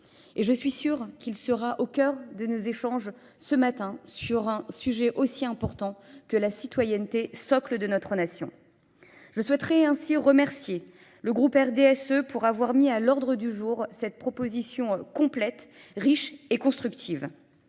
Et je suis sûre qu'il sera au cœur de nos échanges ce matin sur un sujet aussi important que la citoyenneté socle de notre nation. Je souhaiterai ainsi remercier le groupe RDSE pour avoir mis à l'ordre du jour cette proposition complète, riche et constructive.